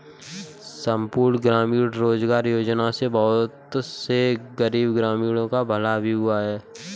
संपूर्ण ग्रामीण रोजगार योजना से बहुत से गरीब ग्रामीणों का भला भी हुआ है